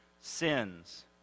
sins